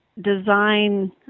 design